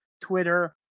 Twitter